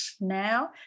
now